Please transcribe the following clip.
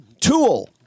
Tool